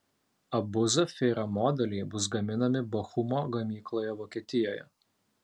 abu zafira modeliai bus gaminami bochumo gamykloje vokietijoje